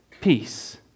peace